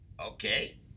Okay